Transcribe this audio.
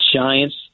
Giants